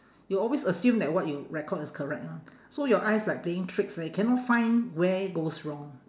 you always assume that what you record is correct lah so your eyes like playing tricks leh cannot find where goes wrong